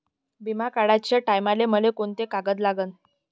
बिमा काढाचे टायमाले मले कोंते कागद लागन?